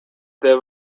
there